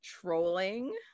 trolling